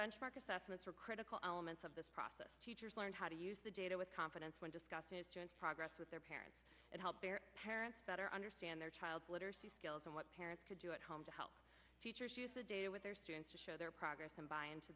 benchmark assessments are critical elements of this process teachers learn how to use the data with confidence when discussing a student progress with their parents and help their parents better understand their child's literacy skills and what parents could do at home to help teachers use the data with their students to show their progress and buy into